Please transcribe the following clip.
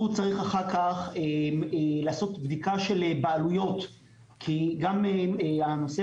אחר-כך הוא צריך לעשות בדיקה של בעלויות כי גם הנושא